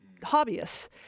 hobbyists